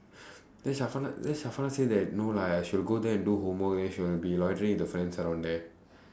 then then say that no lah she will go there and do homework then she want to be loitering with her friends around there